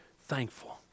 thankful